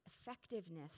Effectiveness